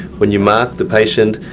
when you mark the patient,